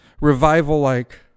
revival-like